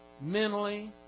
mentally